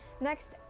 next